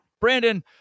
Brandon